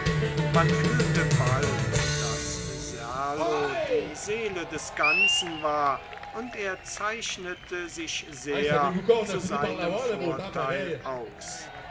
man fühlte bald daß serlo die seele des ganzen war und er zeichnete sich sehr zu seinem vorteil aus